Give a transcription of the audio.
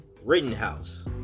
Rittenhouse